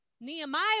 Nehemiah